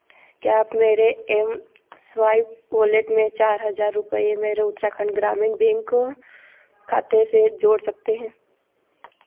क्या आप मेरे एम स्वाइप वॉलेट में चार हज़ार रुपये मेरे उत्तराखंड ग्रामीण बैंक खाते से जोड़ सकते हैं